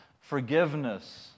forgiveness